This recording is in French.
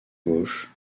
gauche